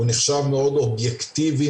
הוא נחשב מאוד אובייקטיבי,